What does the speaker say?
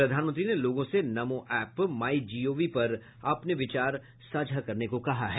प्रधानमंत्री ने लोगों से नमो ऐप माइ जीओवी पर अपने विचार साझा करने को कहा है